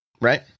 Right